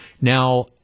Now